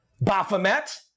Baphomet